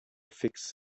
fix